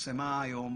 שפורסמה היום